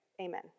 Amen